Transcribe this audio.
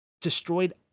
destroyed